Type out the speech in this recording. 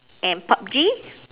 and PUB-G